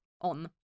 on